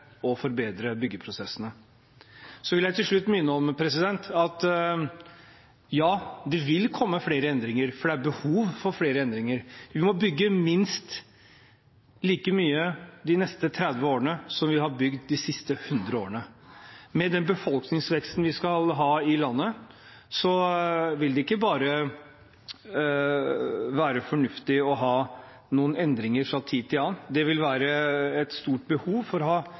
og forbedre byggeprosessene. Til slutt vil jeg minne om at ja, det vil komme flere endringer, for det er behov for flere endringer. Vi må bygge minst like mye de neste 30 årene som vi har bygd de siste 100 årene. Med den befolkningsveksten vi skal ha i landet, vil det ikke bare være fornuftig å ha noen endringer fra tid til annen – det vil være et stort behov for